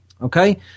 Okay